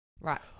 Right